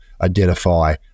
identify